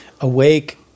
awake